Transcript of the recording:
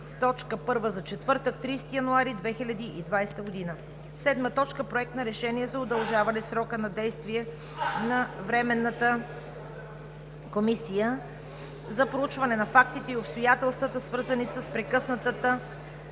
за четвъртък, 30 януари 2020 г. 7. Проект на решение за удължаване срока на действие на Временната комисия за проучване на фактите и обстоятелствата, свързани с прекъсване